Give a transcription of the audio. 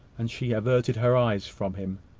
and she averted her eyes from him.